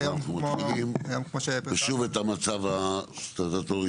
במה אנחנו מתחילים ושוב את המצב הסטטוטורי